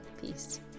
Peace